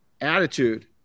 attitude